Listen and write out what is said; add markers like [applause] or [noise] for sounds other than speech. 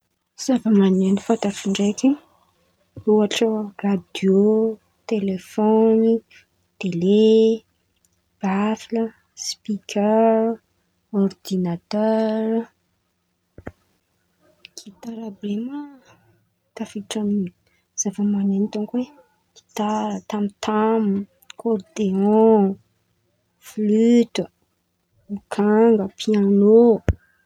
Zava- maneno fantatro ndraiky, ôhatra: radiô, telefôny, tele, bafle, spikera, ôrdinatera [noise] gitara àby ren̈y ma tafiditry amy zava-maneno dônko e, gitara, tam-tam, akôrdeô, fliote, lokanga.